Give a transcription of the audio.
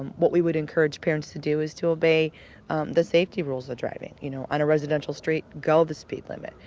um what we would encourage parents to do is to obey the safety rules of driving. you know, on a residential street, go the speed limit.